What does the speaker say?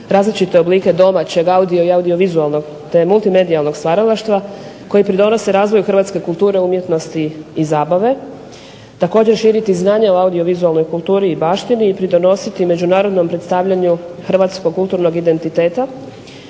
različite oblike domaćeg audio i audiovizualnog te multimedijalnog stvaralaštva koji pridonose razvoju hrvatske kulture, umjetnosti i zabave. Također širiti znanje o audiovizualnoj kulturi i baštini i pridonositi međunarodnom predstavljanju Hrvatskog kulturnog identiteta,